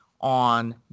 on